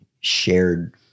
shared